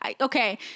okay